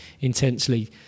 intensely